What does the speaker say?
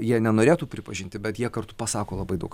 jie nenorėtų pripažinti bet jie kartu pasako labai daug